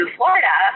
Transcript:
Florida